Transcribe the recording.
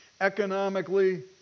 economically